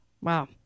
Wow